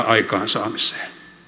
aikaansaamiseen